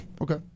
Okay